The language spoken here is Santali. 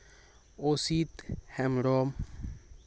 ᱚᱥᱤᱛ ᱦᱮᱢᱵᱨᱚᱢ